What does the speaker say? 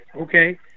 Okay